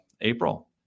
April